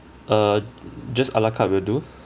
err just a la carte will do